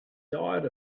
diet